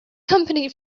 company